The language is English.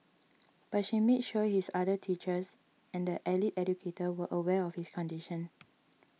but she made sure his other teachers and the allied educator were aware of his condition